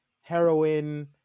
heroin